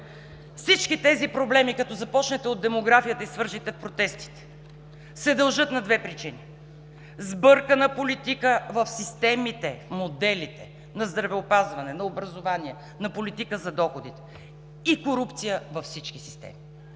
Всички тези проблеми, като започнете от демографията и завършите с протестите, се дължат на две причини – сбъркана политика в системите, в моделите на здравеопазване, на образование, на политика за доходите, и корупция във всички системи.